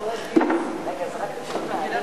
אגרות והוצאות (תיקון מס' 12) (פיצוי לקטין שניזוק מעבירה),